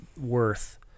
worth